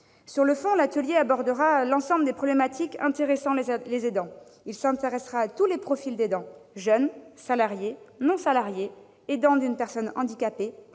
Sur le fond, l'atelier abordera l'ensemble des problématiques intéressant les aidants : il concernera tous les profils d'aidants- jeunes, salariés, non-salariés, aidants d'une personne handicapée,